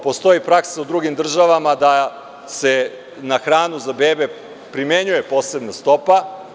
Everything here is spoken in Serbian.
Postoji praksa u drugim državama da se na hranu za bebe primenjuje posebna stopa.